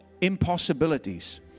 impossibilities